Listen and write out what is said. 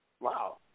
Wow